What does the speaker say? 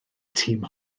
tîm